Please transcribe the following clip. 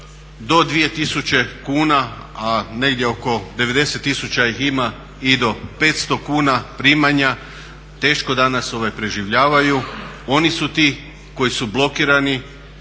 do 2000 kuna a negdje oko 90 tisuća ih ima i do 500 primanja, teško danas preživljavaju, oni su ti koji su blokirani,